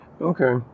okay